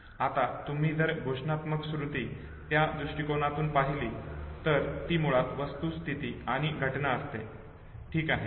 आता तुम्ही जर घोषणात्मक स्मृती त्या दृष्टीकोनातून पहिली तर ती मुळात वस्तुस्थिती आणि घटना असते ठीक आहे